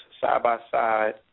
side-by-side